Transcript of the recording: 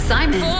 Simon